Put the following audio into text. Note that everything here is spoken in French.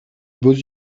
vos